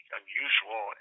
unusual